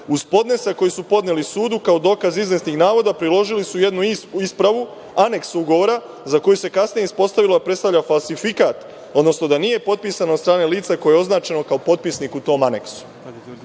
uz podnesak koji su podneli sudu kao dokaz izvesnih navoda priložili su i jednu ispravu, aneks ugovora, za koji se kasnije ispostavilo da predstavlja falsifikat, odnosno da nije potpisan od strane lica koje je označeno kao potpisnik u tom aneksu. Istu